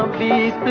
the